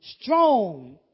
strong